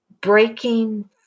breaking